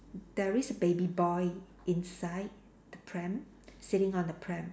there is a baby boy inside the pram sitting on the pram